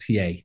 TA